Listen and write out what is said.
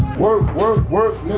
work work work.